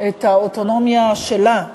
את האוטונומיה שלה,